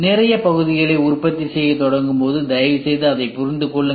நிலையான பகுதிகளை உற்பத்தி செய்யத் தொடங்கும்போது தயவுசெய்து அதைப் புரிந்து கொள்ளுங்கள்